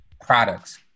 products